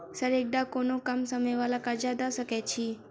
Sir एकटा कोनो कम समय वला कर्जा दऽ सकै छी?